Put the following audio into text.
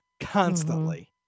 constantly